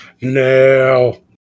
No